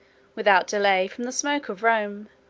without delay, from the smoke of rome,